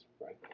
right